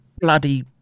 bloody